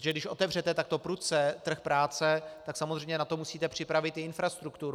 Protože když otevřete takto prudce trh práce, tak samozřejmě na to musíte připravit i infrastrukturu.